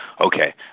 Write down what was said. okay